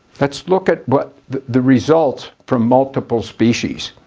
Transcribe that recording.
let's look at what the results from multiple species.